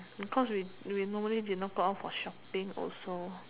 because we we normally did not go out for shopping also